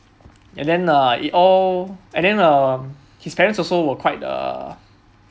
and then uh it all and then um his parents also were quite err